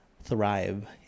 thrive